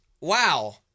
Wow